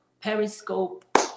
Periscope